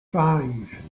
five